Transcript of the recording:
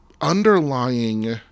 underlying